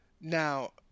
Now